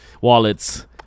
wallets